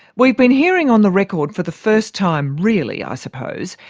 we've been hearing on the record for the first time really, i suppose,